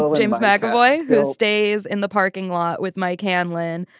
so james mcavoy stays in the parking lot with mike hanlin.